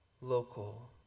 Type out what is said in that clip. local